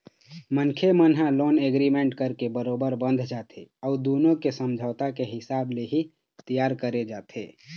मनखे मन ह लोन एग्रीमेंट करके बरोबर बंध जाथे अउ दुनो के समझौता के हिसाब ले ही तियार करे जाथे